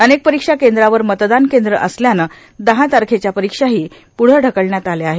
अनेक परीक्षा केंद्रांवर मतदान केंद्रं असल्यानं दहा तारखेच्या परीक्षाही पुढं ढकलण्यात आल्या आहेत